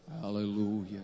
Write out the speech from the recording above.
Hallelujah